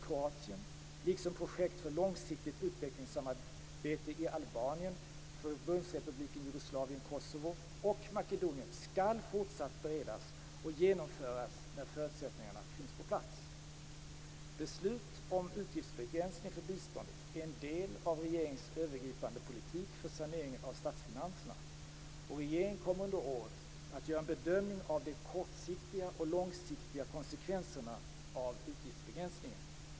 Kroatien liksom projekt för långsiktigt utvecklingssamarbete i Albanien, Förbundsrepubliken Jugoslavien/Kosovo och Makedonien skall fortsatt beredas och genomföras när förutsättningar finns på plats. Beslutet om utgiftsbegränsning för biståndet är en del av regeringens övergripande politik för sanering av statsfinanserna. Regeringen kommer under året att göra en bedömning av de kort och långsiktiga konsekvenserna av utgiftsbegränsningen.